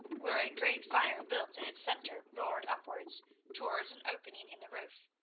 where a great fire built in its centre roared upwards towards an opening in the roof,